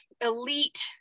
elite